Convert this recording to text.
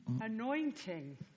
anointing